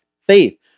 Faith